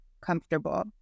comfortable